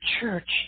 Church